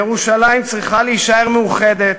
ירושלים צריכה להישאר מאוחדת,